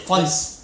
funds